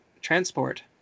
transport